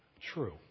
true